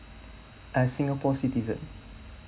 a singapore citizen